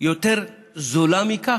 יותר זולה מזה?